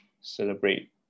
celebrate